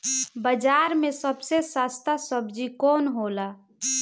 बाजार मे सबसे सस्ता सबजी कौन होला?